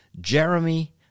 Jeremy